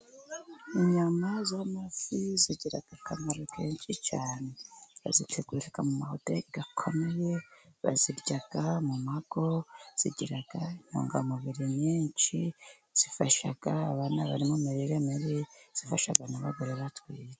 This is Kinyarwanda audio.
Inyama z'amafi zigira akamaro kenshi cyane. Bazitegura mu mahoteri akomeye, bazirya mu mago, zigira intungamubiri nyinshi, zifasha abana bari mu mirire mibi, zifasha n'abagore batwite.